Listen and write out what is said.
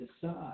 decide